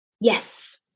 Yes